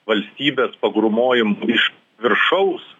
valstybės pagrūmojimų iš viršaus